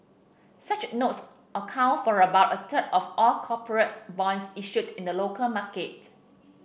such notes account for about a third of all corporate bonds issued in the local market